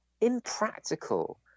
impractical